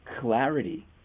clarity